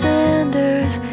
Sanders